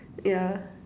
yeah